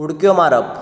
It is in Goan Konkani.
उडक्यो मारप